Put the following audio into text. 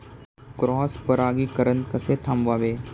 Cross परागीकरण कसे थांबवावे?